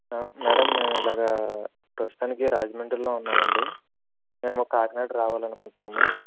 madam మేము ఇలాగ ప్రస్తుతానికి రాజమండ్రిలో ఉన్నాం అండి మేము కాకినాడ రావాలి అనుకుంటున్నాము